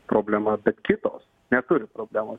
problema bet kitos neturi problemos